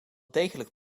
degelijk